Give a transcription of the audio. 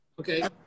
Okay